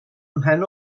mhen